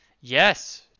yes